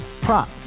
Prop